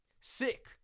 sick